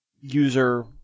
user